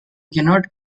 cannot